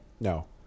No